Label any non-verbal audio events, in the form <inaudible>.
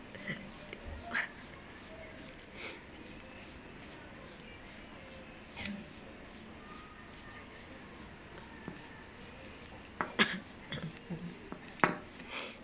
<noise> <coughs> <coughs> <noise>